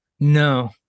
no